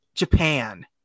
Japan